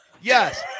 yes